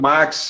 Max